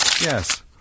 Yes